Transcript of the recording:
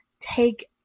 take